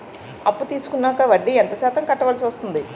అప్పు తీసుకున్నాక వడ్డీ ఎంత శాతం కట్టవల్సి వస్తుంది?